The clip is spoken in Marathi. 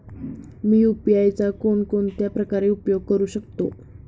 मी यु.पी.आय चा कोणकोणत्या प्रकारे उपयोग करू शकतो?